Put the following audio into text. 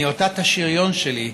אני עוטה את השריון שלי.